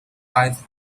eyes